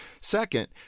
Second